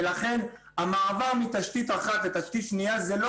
ולכן המעבר מתשתית אחת לתשתית שנייה זה לא